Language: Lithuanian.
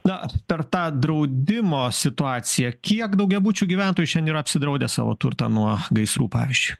na per tą draudimo situaciją kiek daugiabučių gyventojų šiandien yra apsidraudę savo turtą nuo gaisrų pavyzdžiu